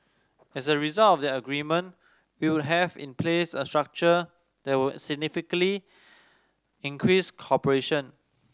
as a result of that agreement we would have in place a structure that would significantly increase cooperation